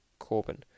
Corbyn